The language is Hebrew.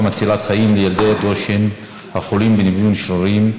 מצילת חיים לילדי הדושן החולים בניוון שרירים,